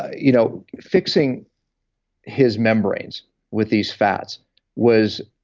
you know fixing his membranes with these fats was,